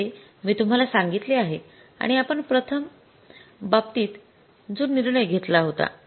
जसे मी तुम्हाला सांगितले आहे आणि आपण प्रथम बाबतीत जो निर्णय घेतला होता